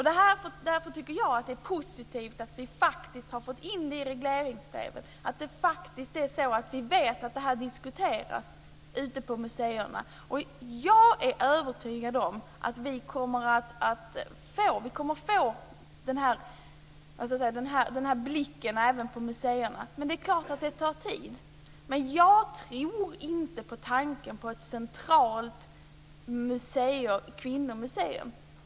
Därför tycker jag att det är positivt att vi faktiskt har fått in det här i regleringsbreven. Vi vet faktiskt att det här diskuteras ute på museerna. Jag är övertygad om att vi kommer att få den här blicken även på museerna. Men det är klart att det tar tid. Jag tror inte på tanken om ett centralt kvinnomuseum.